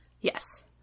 Yes